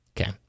Okay